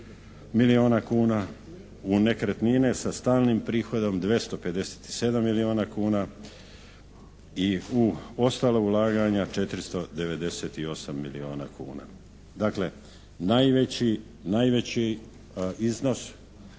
milijuna kuna, u nekretnine sa stalnim prihodom 257 milijuna kuna i u ostala ulaganja 498 milijuna kuna. Dakle najveći,